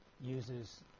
uses